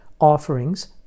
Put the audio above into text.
offerings